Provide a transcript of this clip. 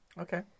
Okay